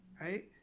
right